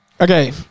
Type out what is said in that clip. Okay